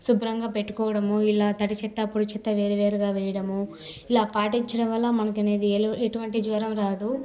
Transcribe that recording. శుభ్రంగా పెట్టుకోవడం ఇలా తడి చెత్త పొడి చెత్త వేరు వేరుగా వేయడము ఇలా పాటించడం వల్ల మనకి అనేది ఎటువంటి జ్వరం రాదు